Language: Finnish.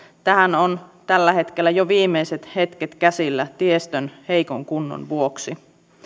tähän on tällä hetkellä jo viimeiset hetket käsillä tiestön heikon kunnon vuoksi